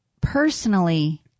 personally